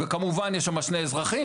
וכמובן שיש שם שני אזרחים.